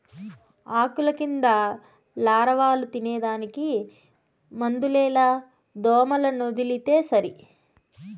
ఆకుల కింద లారవాలు తినేదానికి మందులేల దోమలనొదిలితే సరి